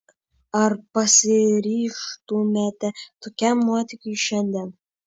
ar pasiryžtumėte tokiam nuotykiui šiandien